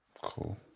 Cool